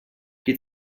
qui